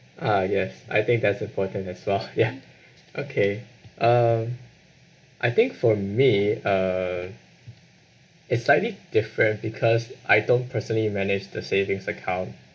uh yes I think that's important as well ya okay um I think for me uh it's slightly different because I don't personally manage the savings account